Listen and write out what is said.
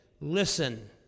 Listen